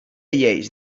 lleis